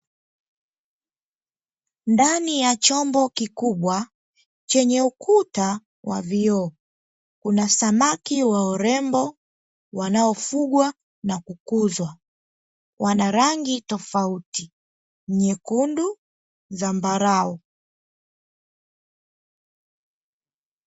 Ndani ya chombo kikubwa chenye ukuta wa vioo, kuna samaki wa urembo wanaofugwa na kukuzwa. Wana rangi tofauti nyekundu, dhambarau.